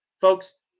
Folks